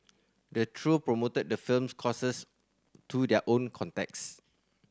the trio promoted the firm's courses to their own contacts